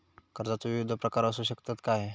कर्जाचो विविध प्रकार असु शकतत काय?